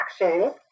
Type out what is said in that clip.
action